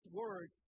word